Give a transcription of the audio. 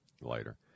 Later